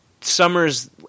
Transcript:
summers